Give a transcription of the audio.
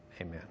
Amen